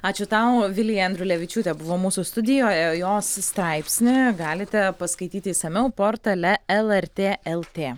ačiū tau vilija andrulevičiūtė buvo mūsų studijoje jos straipsnį galite paskaityti išsamiau portale lrt lt